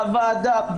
בוועדה,